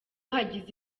hagize